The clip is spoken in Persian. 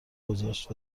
گذاشت